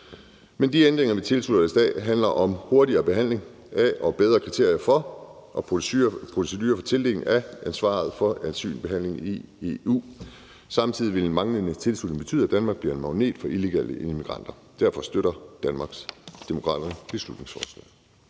Men de ændringer, vi tilslutter os i dag, handler om hurtigere behandling af og bedre kriterier og procedurer for tildeling af ansvaret for asylbehandling i EU. Samtidig vil en manglende tilslutning betyde, at Danmark bliver en magnet for illegale immigranter. Derfor støtter Danmarksdemokraterne beslutningsforslaget.